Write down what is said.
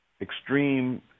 extreme